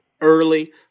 early